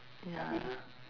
ya